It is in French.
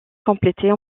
compléter